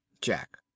Jack